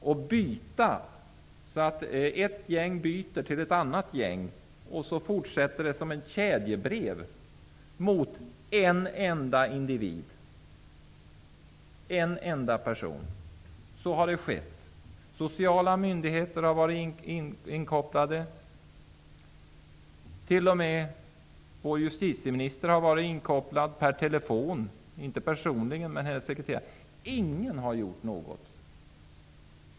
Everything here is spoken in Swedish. Ett gäng kan byta med ett annat gäng, och så fortsätter det som ett kedjebrev mot en enda individ. Så har det gått till. Sociala myndigheter har varit inkopplade. Vår justitieminister har t.o.m. varit inkopplad via sin sekreterare. Ingen har gjort något.